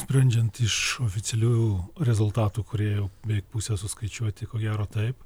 sprendžiant iš oficialių rezultatų kurie jau beveik pusė suskaičiuoti ko gero taip